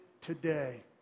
today